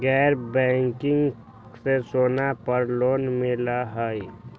गैर बैंकिंग में सोना पर लोन मिलहई?